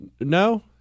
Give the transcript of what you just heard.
No